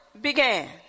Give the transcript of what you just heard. began